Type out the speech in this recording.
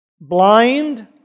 Blind